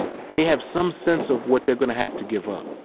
they have some sense of what they're going to have to give up.